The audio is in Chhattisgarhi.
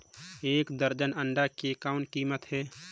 एक दर्जन अंडा के कौन कीमत हे?